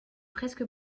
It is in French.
presque